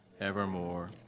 evermore